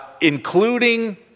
including